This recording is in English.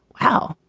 wow,